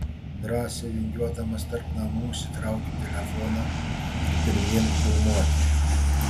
drąsiai vingiuodamas tarp namų išsitraukiau telefoną ir pirmyn filmuoti